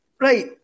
Right